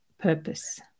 purpose